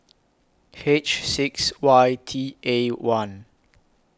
H six Y T A one